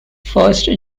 first